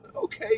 Okay